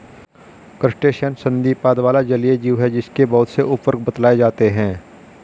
crustacean संधिपाद वाला जलीय जीव है जिसके बहुत से उपवर्ग बतलाए जाते हैं